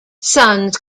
sons